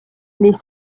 les